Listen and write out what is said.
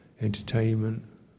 entertainment